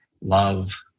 love